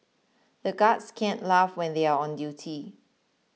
the guards can't laugh when they are on duty